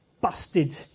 busted